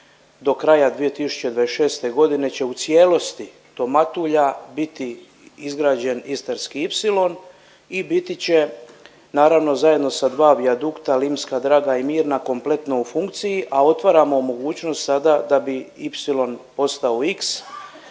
do kraja 2026. će u cijelosti do Matulja biti izgrađen Istarski ipsilon i biti će naravno, zajedno sa dva vijadukta, Limska Draga i Mirna, kompletno u funkciji, a otvaramo mogućnost sada da bi Ipsilon